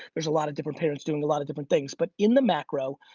there's a lot of different parents doing a lot of different things, but in the macro,